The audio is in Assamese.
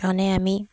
মানে আমি